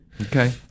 Okay